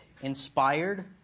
inspired